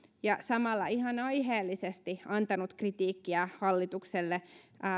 ja samalla ihan aiheellisesti antanut kritiikkiä hallitukselle